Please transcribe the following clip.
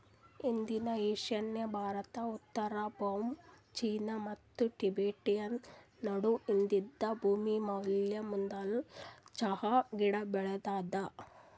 ಇಂದಿನ ಈಶಾನ್ಯ ಭಾರತ, ಉತ್ತರ ಬರ್ಮಾ, ಚೀನಾ ಮತ್ತ ಟಿಬೆಟನ್ ನಡು ಇದ್ದಿದ್ ಭೂಮಿಮ್ಯಾಲ ಮದುಲ್ ಚಹಾ ಗಿಡ ಬೆಳದಾದ